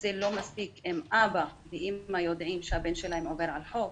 זה לא מספיק אם אבא ואימא יודעים שהבן שלהם עובר על החוק